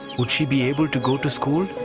would she be able to go to school?